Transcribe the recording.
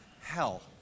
hell